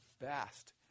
best